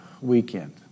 weekend